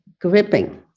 gripping